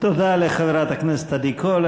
תודה לחברת הכנסת עדי קול.